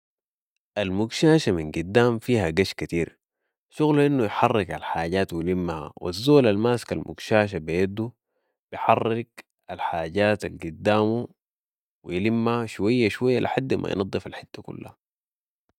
المقشاشه من قدام فيها قش كتير شغلو انو يحرك الحاجات ويلمها. والزول الماسك المقشاشه بي يده بحرك الحاجات القدامو و يلمها شويه شويه لحدي ما ينضاف الحته كلها